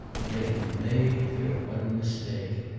but they had made their one mistake.